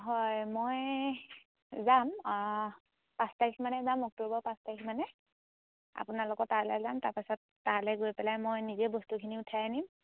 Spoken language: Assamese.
হয় মই যাম পাঁচ তাৰিখমানে যাম অক্টোবৰ পাঁচ তাৰিখ মানে আপোনালোকৰ তালৈ যাম তাৰপাছত তালৈ গৈ পেলাই মই নিজে বস্তুখিনি উঠাই আনিম